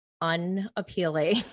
unappealing